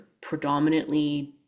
predominantly